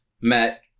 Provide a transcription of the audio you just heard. Matt